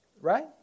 right